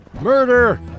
Murder